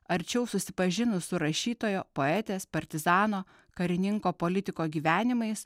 arčiau susipažinus su rašytojo poetės partizano karininko politiko gyvenimais